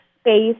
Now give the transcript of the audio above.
space